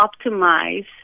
optimize